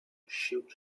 shoot